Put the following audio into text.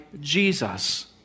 Jesus